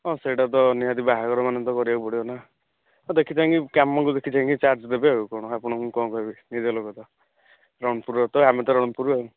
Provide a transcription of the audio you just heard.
ହଁ ସେହିଟା ତ ନିହାତି ବାହାଘର ମାନେ ତ କରିବାକୁ ପଡ଼ିବ ନା ହଁ ଦେଖି ଚାହିଁକି କାମ କୁ ଦେଖି ଚାହିଁକି ଚାର୍ଜ ଦେବେ ଆଉ କ'ଣ ଆପଣ ଙ୍କୁ କ'ଣ କହିବି ନିଜ ଲୋକ ତ ରଣପୁର ତ ଆମେ ତ ରଣପୁର ଆଉ